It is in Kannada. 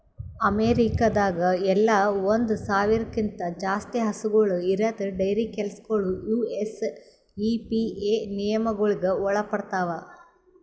ಅಮೇರಿಕಾದಾಗ್ ಎಲ್ಲ ಒಂದ್ ಸಾವಿರ್ಕ್ಕಿಂತ ಜಾಸ್ತಿ ಹಸುಗೂಳ್ ಇರದ್ ಡೈರಿ ಕೆಲಸಗೊಳ್ ಯು.ಎಸ್.ಇ.ಪಿ.ಎ ನಿಯಮಗೊಳಿಗ್ ಒಳಪಡ್ತಾವ್